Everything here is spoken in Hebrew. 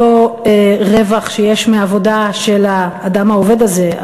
אותו רווח שיש מעבודה של האדם העובד הזה,